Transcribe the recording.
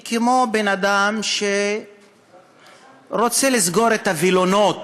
היא כמו בן-אדם שרוצה לסגור את הווילונות